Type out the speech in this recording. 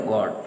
God